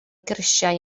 grisiau